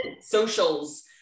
Socials